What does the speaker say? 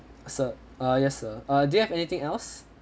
sir uh yes sir uh do you have anything else